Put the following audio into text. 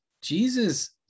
Jesus